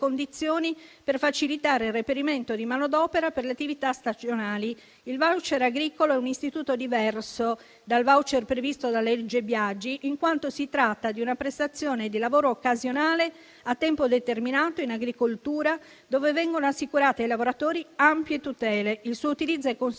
per facilitare il reperimento di manodopera per le attività stagionali. Il *voucher* agricolo è un istituto diverso dal *voucher* previsto dalla legge Biagi, in quanto si tratta di una prestazione di lavoro occasionale a tempo determinato in agricoltura, dove vengono assicurate ai lavoratori ampie tutele. Il suo utilizzo è consentito